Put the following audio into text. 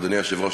אדוני היושב-ראש,